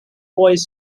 boys